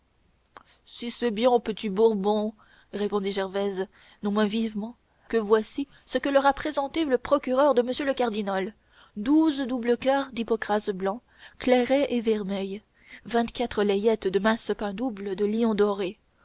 si bien au petit bourbon répondit gervaise non moins vivement que voici ce que leur a présenté le procureur de m le cardinal douze doubles quarts d'hypocras blanc clairet et vermeil vingt-quatre layettes de massepain double de lyon doré